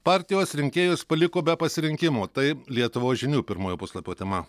partijos rinkėjus paliko be pasirinkimo tai lietuvos žinių pirmojo puslapio tema